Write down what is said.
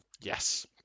Yes